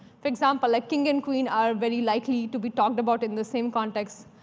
for example, a king and queen are very likely to be talked about in the same context,